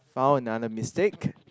found another mistake